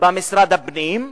במשרד הפנים,